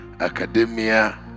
academia